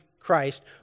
Christ